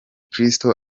kristo